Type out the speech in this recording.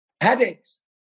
headaches